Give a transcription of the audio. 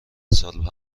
سال